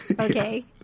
okay